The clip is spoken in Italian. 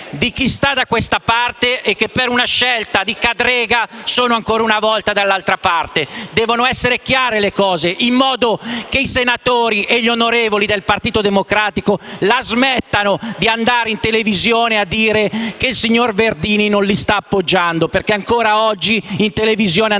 di chi sta da questa parte e che, per una scelta di "cadrega", è ancora una volta dall'altra parte. Devono essere chiare le cose, in modo che i senatori e gli onorevoli del Partito Democratico la smettano di andare in televisione a dire che il signor Verdini non li sta appoggiando. Ancora oggi andavano in televisione e in giro a dire: